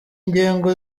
ingengo